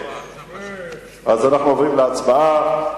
התש"ע 2010,